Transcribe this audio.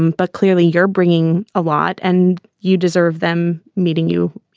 um but clearly, you're bringing a lot and you deserve them meeting you,